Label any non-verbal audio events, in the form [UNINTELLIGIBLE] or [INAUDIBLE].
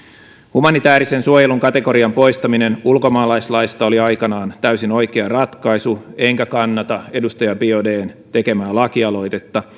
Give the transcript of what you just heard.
humanitäärisen suojelun kategorian poistaminen ulkomaalaislaista oli aikanaan täysin oikea ratkaisu enkä kannata edustaja biaudetn tekemää lakialoitetta [UNINTELLIGIBLE]